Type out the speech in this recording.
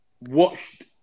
watched